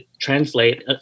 translate